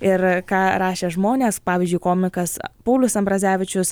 ir ką rašė žmonės pavyzdžiui komikas paulius ambrazevičius